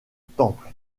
temple